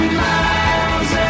miles